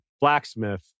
blacksmith